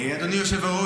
אדוני היושב-ראש,